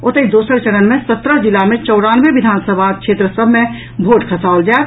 ओतहि दोसर चरण मे सत्रह जिला मे चौरानवे विधानसभा क्षेत्र सभ मे भोट खसाओल जायत